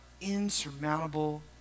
insurmountable